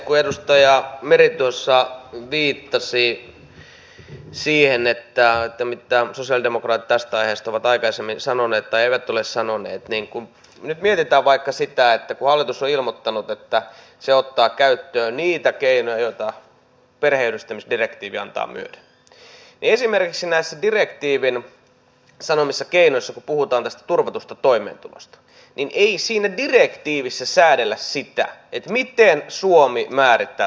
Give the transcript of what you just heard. kun edustaja meri tuossa viittasi siihen mitä sosialidemokraatit tästä aiheesta ovat aikaisemmin sanoneet tai eivät ole sanoneet niin kun nyt mietitään vaikka sitä että kun hallitus on ilmoittanut että se ottaa käyttöön niitä keinoja joita perheenyhdistämisdirektiivi antaa myöden niin ei esimerkiksi näissä direktiivin sanomissa keinoissa kun puhutaan tästä turvatusta toimeentulosta säädellä sitä miten suomi määrittää turvatun toimeentulon